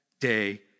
day